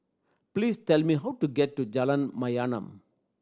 please tell me how to get to Jalan Mayaanam